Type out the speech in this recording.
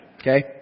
Okay